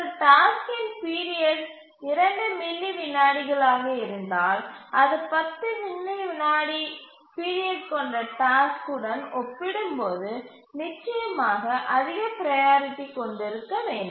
ஒரு டாஸ்க்கின் period 2 milli விநாடிகளாக இருந்தால் அது 10 மில்லி விநாடி பீரியட் கொண்ட டாஸ்க் உடன் ஒப்பிடும்போது நிச்சயமாக அதிக ப்ரையாரிட்டி கொண்டு இருக்க வேண்டும்